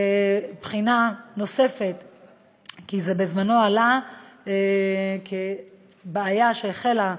בחינה נוספת כי זה בזמנו עלה כבעיה שהחלה,